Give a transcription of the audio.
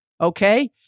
okay